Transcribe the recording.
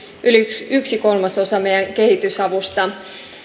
yli yhden kolmasosan meidän kehitysavustamme